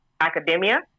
academia